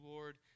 Lord